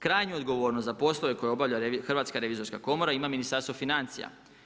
Krajnju odgovornost za poslove koje obavlja Hrvatska revizorska komora ima Ministarstvo financija.